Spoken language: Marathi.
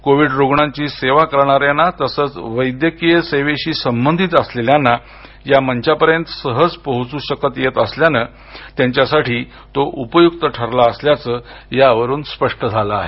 कोविड रुग्णांची सेवा करणाऱ्यांना तसंच वैद्यकीय सेवेशी संबंधित असलेल्यांना या मंचापर्यंत सहज पोहोच् शकता येत असल्यानं त्यांच्यासाठी तो उपयुक्त ठरला असल्याचं यावरून स्पष्ट झालं आहे